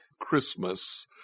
Christmas